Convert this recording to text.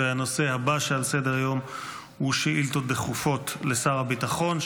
והנושא הבא שעל סדר-היום הוא שאילתות דחופות לשר הביטחון,